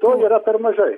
to yra per mažai